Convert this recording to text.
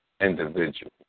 Individual